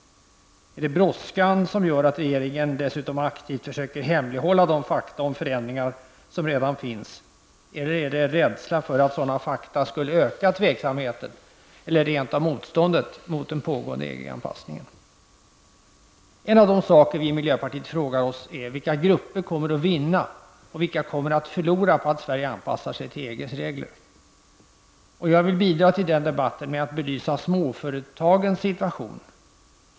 Är det brådskan som gör att regeringen dessutom aktivt försöker hemlighålla de fakta om förändringarna som redan finns? Eller är det rädslan för att sådana fakta skulle öka tveksamheten eller rent av motståndet mot den pågående EG-anpassningen? En av de frågor som vi i miljöpartiet ställer oss är vilka grupper som kommer att vinna och vilka som kommer att förlora om Sverige anpassar sig till EGs regler. Jag vill bidra till den debatten genom att belysa småföretagens situation.